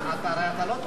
מתבייש